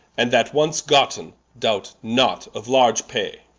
and that once gotten, doubt not of large pay.